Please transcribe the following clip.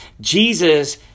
Jesus